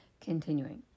Continuing